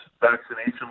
vaccination